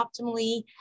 optimally